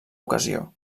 ocasió